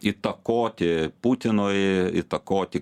įtakoti putinui įtakoti